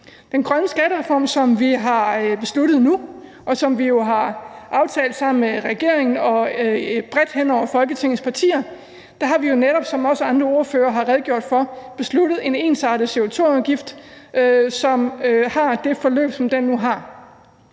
den grønne skattereform, som vi har besluttet nu, og som vi har aftalt sammen med regeringen og bredt på tværs af Folketingets partier, har vi jo netop, som andre ordførere også har redegjort for, aftalt en ensartet CO2-afgift, som har det forløb, som den nu har.